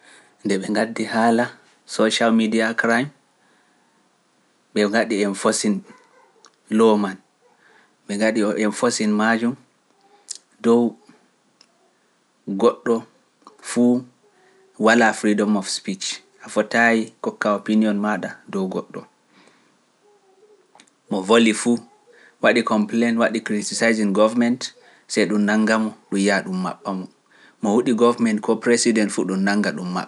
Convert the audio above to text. Nde ɓe ngaddi haala social media crime ɓe ngaɗi en fosin looman ɓe ngaɗi o en fosin majum dow goɗɗo fu walaa freedom of speech. a fotayi kokka opinion maaɗa dow goɗɗo mo voli fu waɗi complaine waɗi critisising gouvernement see ɗum nannga mo ɗum yaa ɗum maɓɓamo mo huuɗi gouvernement ko président fu ɗum nannga ɗum maɓe mbaadi ɗum ɗum